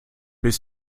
bis